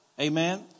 amen